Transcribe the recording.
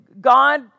God